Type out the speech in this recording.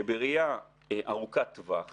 שבראייה ארוכת טווח